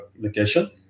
location